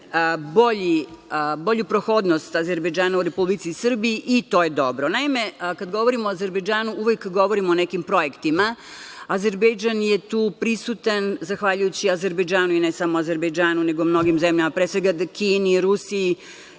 bolju prohodnost Azerbejdžana u Republici Srbiji i to je dobro. Naime, kada govorimo o Azerbejdžanu, uvek govorimo o nekim projektima. Azerbejdžan je tu prisutan, zahvaljujući Azerbejdžanu i ne samo Azerbejdžanu, nego mnogim zemljama, pre svega Kini, Rusiji